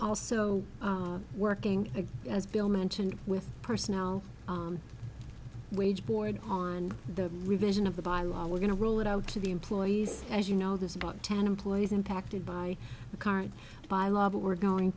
also working again as bill mentioned with personnel wage board on the revision of the by law we're going to roll it out to the employees as you know there's about ten employees impacted by the current by law but we're going